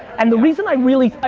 and the reason i'm really,